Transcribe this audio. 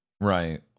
Right